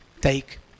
Take